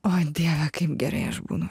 o dieve kaip gerai aš būnu